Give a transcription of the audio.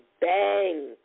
bang